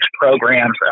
programs